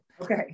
Okay